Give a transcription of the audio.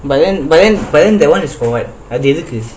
but then but then but then that one is for what அது எதுக்கு:athu edhukku